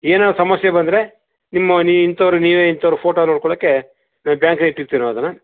ಏನಾದರು ಸಮಸ್ಯೆ ಬಂದರೆ ನಿಮ್ಮ ನೀವು ಇಂಥವರು ನೀವೇ ಇಂಥವರು ಫೋಟೋ ನೋಡಿಕೊಳ್ಳೋಕೆ ಬ್ಯಾಂಕಲ್ಲಿ ಇಟ್ಟಿರ್ತಿವಿ ನಾವು ಅದನ್ನು